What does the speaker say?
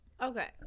Okay